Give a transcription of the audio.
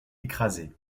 écrasé